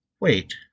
Wait